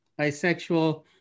bisexual